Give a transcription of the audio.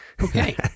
Okay